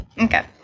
okay